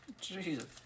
Jesus